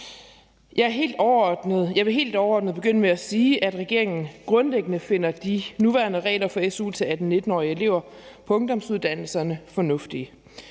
Jeg vil helt overordnet begynde med at sige, at regeringen grundlæggende finder de nuværende regler for su til 18-19-årige elever på ungdomsuddannelserne fornuftige.